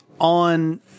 on